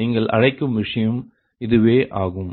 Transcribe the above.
நீங்கள் அழைக்கும் விஷயம் இதுவே ஆகும்